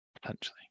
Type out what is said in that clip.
Potentially